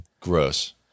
Gross